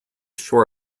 shore